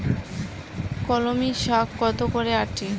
কলমি শাখ কত করে আঁটি?